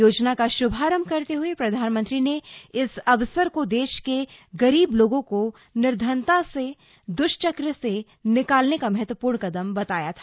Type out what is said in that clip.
योजना का श्भारम्भ करते हुए प्रधानमंत्री ने इस अवसर को देश के गरीब लोगों को निर्धनता के दृष्चक्र से निकालने का महत्वपूर्ण कदम बताया था